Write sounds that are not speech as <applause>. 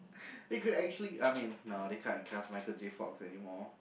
<breath> they could actually I mean no they can't recast Michael-J-Fox anymore